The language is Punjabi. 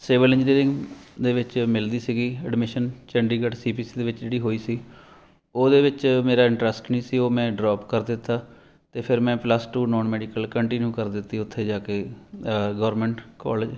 ਸਿਵਲ ਇੰਜਨੀਅਰਿੰਗ ਦੇ ਵਿੱਚ ਮਿਲਦੀ ਸੀਗੀ admission Chandigarh C P C ਦੇ ਵਿੱਚ ਜਿਹੜੀ ਹੋਈ ਸੀ ਉਹਦੇ ਵਿੱਚ ਮੇਰਾ ਇੰਟਰਸਟ ਨਹੀਂ ਸੀ ਉਹ ਮੈਂ ਡਰੋਪ ਕਰ ਦਿੱਤਾ ਅਤੇ ਫਿਰ ਮੈਂ plus two non medical continue ਕਰ ਦਿੱਤੀ ਉੱਥੇ ਜਾ ਕੇ ਗੌਰਮੈਂਟ ਕੋਲਜ